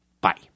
Bye